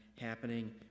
happening